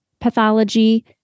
pathology